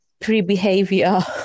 pre-behavior